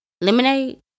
Lemonade